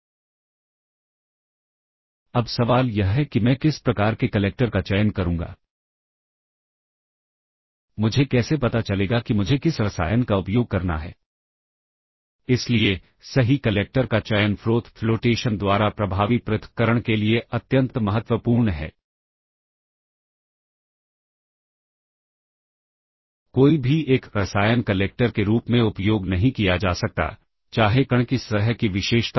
इसके बाद एकम्युलेटर और स्टेटस फ्लैग वापस उसी जगह चले जाते हैं जहां वे ऑपरेशन एग्जीक्यूट होने के पहले थे और ऐसा बार बार होता है इसलिए शुरुआत में हम PSW इंस्ट्रक्शन को पुश करते हैं और PSW की तरह इंस्ट्रक्शन हमें शुरुआत और अंत में मिलता है